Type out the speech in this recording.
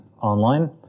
online